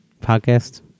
podcast